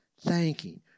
thanking